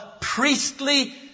priestly